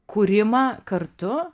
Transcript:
kūrimą kartu